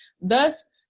thus